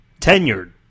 tenured